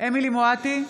אמילי חיה מואטי,